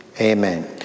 Amen